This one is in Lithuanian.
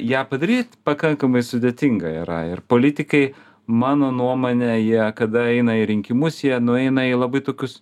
ją padaryt pakankamai sudėtinga yra ir politikai mano nuomone jie kada eina į rinkimus jie nueina į labai tokius